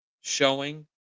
showing